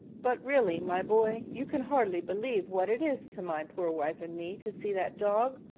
but really, my boy, you can hardly believe what it is to my poor wife and me to see that dog.